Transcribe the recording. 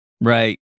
Right